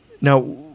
Now